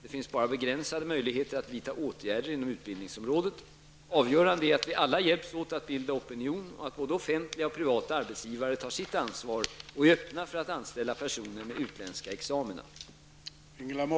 Det finns bara begränsade möjligheter att vidta åtgärder inom utbildningsområdet. Avgörande är att vi alla hjälps åt att bilda opinion och att både offentliga och privata arbetsgivare tar sitt ansvar och är öppna för att anställa personer med utländska examina.